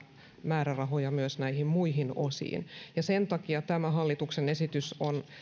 määrärahoja myös näihin muihin osiin sen takia tämä hallituksen esitys on